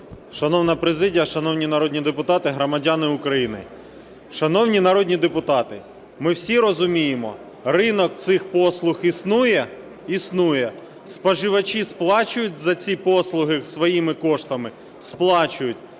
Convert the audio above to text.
Шановна президія, шановні народні депутати, громадяни України! Шановні народні депутати, ми всі розуміємо, ринок цих послуг існує? Існує. Споживачі сплачують за ці послуги своїми коштами? Сплачують.